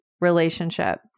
relationship